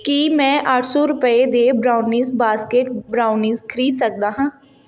ਕੀ ਮੈਂ ਅੱਠ ਰੁਪਏ ਦੇ ਬ੍ਰਾਊਨਿਜ਼ ਬਾਸਕੇਟ ਬਰਾਊਨੀ ਖਰੀਦ ਸਕਦਾ ਹਾਂ